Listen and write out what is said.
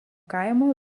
kaimo